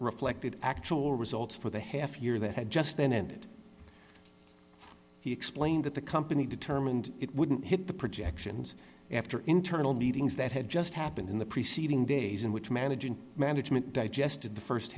reflected actual results for the half year that had just ended he explained that the company determined it wouldn't hit the projections after internal meetings that had just happened in the preceding days in which management management digested